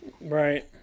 Right